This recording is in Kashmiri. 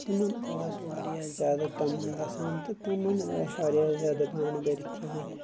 تِمن اوس واریاہ زیادٕ تَمُن گژھان تہٕ تِمن ٲسۍ واریاہ زیادٕ بانہٕ بٔرِتھ یِوان